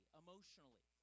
emotionally